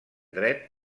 dret